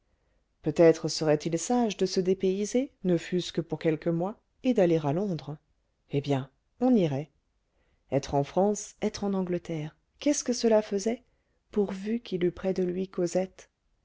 peut-être serait-il sage de se dépayser ne fût-ce que pour quelques mois et d'aller à londres eh bien on irait être en france être en angleterre qu'est-ce que cela faisait pourvu qu'il eût près de lui